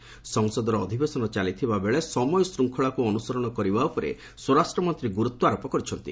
ସଫସଦର ଅଧିବେଶନ ଚାଲିଥିବାବେଳେ ସମୟ ଶୃଙ୍ଖଳାକୁ ଅନୁସରଣ କରିବା ଉପରେ ସ୍ୱରାଷ୍ଟ୍ରମନ୍ତ୍ରୀ ଗୁରୁତ୍ୱାରୋପ କରିଛନ୍ତି